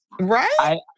Right